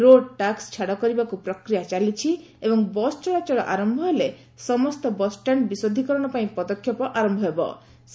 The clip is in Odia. ରୋଡ ଟ୍ୟାକୁ ଛାଡ କରିବାକୁ ପ୍ରକ୍ରିୟା ଚାଲିଛି ଏବଂ ବସ୍ ଚଳାଚଳ ଆରୟ ହହଲେ ସମସ୍ତ ବସ୍ଷ୍ଟାଣ୍ଡ ବିଶୋଧୀକରଣ ପାଇଁ ପଦକ୍ଷେପ ଆର ଦେଇଛନ୍ତି